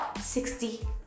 sixty